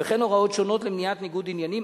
וכן הוראות שונות למניעת ניגוד עניינים.